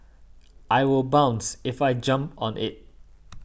I will bounce if I jump on it